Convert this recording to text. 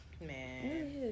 Man